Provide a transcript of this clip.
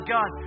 God